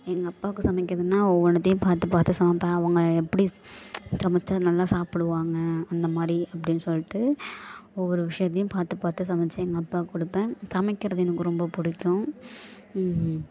எங்கள் அப்பாவுக்கு சமைக்கிறதுன்னா ஒவ்வொன்னுத்தையும் பார்த்து பார்த்து சமைப்பேன் அவங்க எப்படி சமைத்தா நல்லா சாப்பிடுவாங்க இந்தமாதிரி அப்டின்னு சொல்லிட்டு ஒவ்வொரு விஷயத்தையும் பார்த்து பார்த்து சமைத்து எங்கள் அப்பாவுக்கு கொடுப்பேன் சமைக்கிறது எனக்கு ரொம்ப பிடிக்கும்